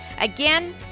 Again